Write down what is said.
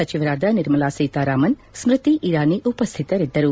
ಸಚಿವರಾದ ನಿರ್ಮಲಾ ಸೀತಾರಾಮ್ ಸ್ಥತಿ ಇರಾನಿ ಉಪಸ್ಹಿತರಿದ್ದರು